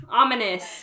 ominous